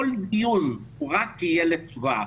כל דיון הוא רק יהיה טובה.